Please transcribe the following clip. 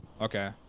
Okay